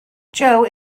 joe